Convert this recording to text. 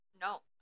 No